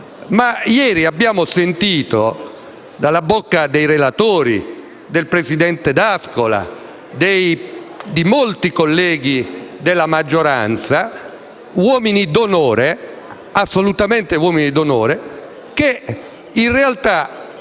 Ieri abbiamo sentito dire dalla bocca dei relatori, del presidente D'Ascola e di molti colleghi della maggioranza, assolutamente uomini d'onore, che in realtà